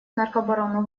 наркобарону